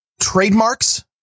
trademarks